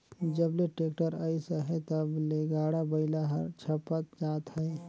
जब ले टेक्टर अइस अहे तब ले गाड़ा बइला हर छपत जात अहे